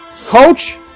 coach